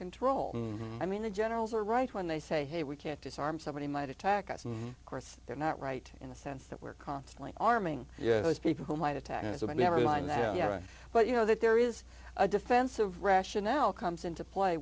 control i mean the generals are right when they say hey we can't disarm somebody might attack us and of course they're not right in the sense that we're constantly arming yeah those people who might attack innocent never mind that but you know that there is a defensive rationale comes into play